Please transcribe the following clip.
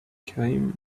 came